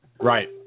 Right